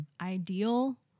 ideal